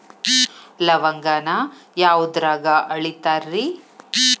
ಲವಂಗಾನ ಯಾವುದ್ರಾಗ ಅಳಿತಾರ್ ರೇ?